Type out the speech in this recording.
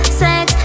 sex